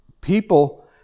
people